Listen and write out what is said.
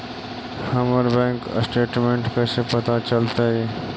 हमर bank statement कैसे पता चलतै?